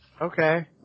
Okay